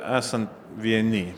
esan vieni